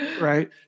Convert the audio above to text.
Right